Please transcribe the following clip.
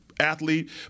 athlete